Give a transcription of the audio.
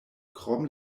krom